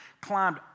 climbed